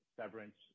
severance